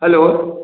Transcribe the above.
hello